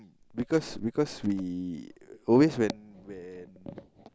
because because we always when when